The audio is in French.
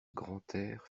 grantaire